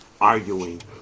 arguing